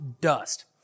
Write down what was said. dust